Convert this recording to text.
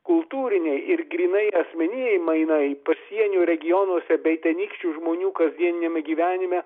kultūriniai ir grynai asmeniniai mainai pasienio regionuose bei tenykščių žmonių kasdieniame gyvenime